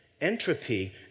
Entropy